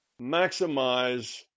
maximize